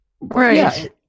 Right